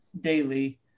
daily